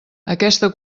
aquesta